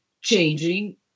changing